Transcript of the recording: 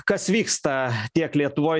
kas vyksta tiek lietuvoj